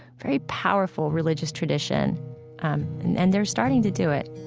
very powerful religious tradition and they're starting to do it